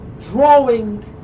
drawing